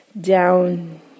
down